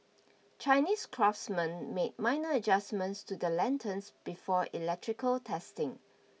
Chinese craftsmen make minor adjustments to the lanterns before electrical testing